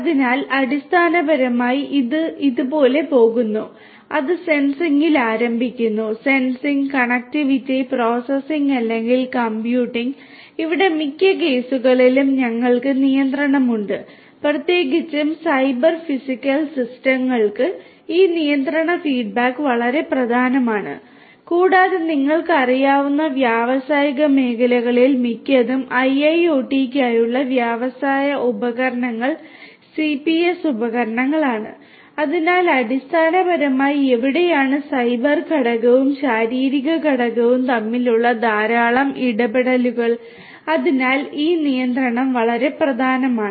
അതിനാൽ അടിസ്ഥാനപരമായി ഇത് ഇതുപോലെ പോകുന്നു അത് സെൻസിംഗിൽ ആരംഭിക്കുന്നു സെൻസിംഗ് കണക്റ്റിവിറ്റി പ്രോസസ്സിംഗ് അല്ലെങ്കിൽ കമ്പ്യൂട്ടിംഗ് ഇവിടെ മിക്ക കേസുകളിലും ഞങ്ങൾക്ക് നിയന്ത്രണമുണ്ട് പ്രത്യേകിച്ച് സൈബർ ഫിസിക്കൽ സിസ്റ്റങ്ങൾക്ക് ഈ നിയന്ത്രണ ഫീഡ്ബാക്ക് വളരെ പ്രധാനമാണ് കൂടാതെ നിങ്ങൾക്ക് അറിയാവുന്ന വ്യാവസായിക മേഖലകളിൽ മിക്കതും ഐഐഒടിക്കായുള്ള വ്യവസായ ഉപകരണങ്ങൾ സിപിഎസ് ഉപകരണങ്ങളാണ് അതിനാൽ അടിസ്ഥാനപരമായി എവിടെയാണ് സൈബർ ഘടകവും ശാരീരിക ഘടകവും തമ്മിലുള്ള ധാരാളം ഇടപെടലുകൾ അതിനാൽ ഈ നിയന്ത്രണം വളരെ പ്രധാനമാണ്